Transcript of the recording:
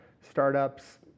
startups